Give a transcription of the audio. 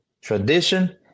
tradition